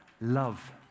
Love